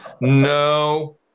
no